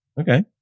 Okay